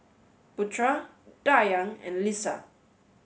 Putra Dayang and Lisa